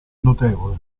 notevole